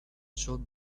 showed